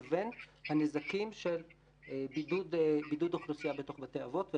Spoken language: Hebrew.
לבין הנזקים של בידוד האוכלוסייה בתוך בתי האבות.